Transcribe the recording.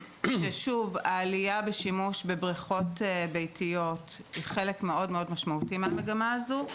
העלייה בשימוש בבריכות ביתיות היא חלק משמעותי מאוד מהמגמה הזאת.